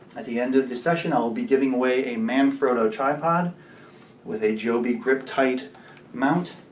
at the end of the session i'll be giving away a manfrotto tripod with a joby grip-tight mount.